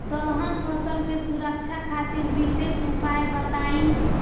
दलहन फसल के सुरक्षा खातिर विशेष उपाय बताई?